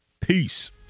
Peace